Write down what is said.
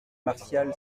martial